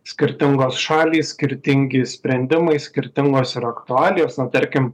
skirtingos šalys skirtingi sprendimai skirtingos ir aktualijos na tarkim